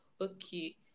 okay